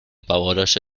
pavoroso